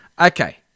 Okay